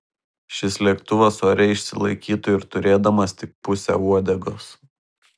šis lėktuvas ore išsilaikytų ir turėdamas tik pusę uodegos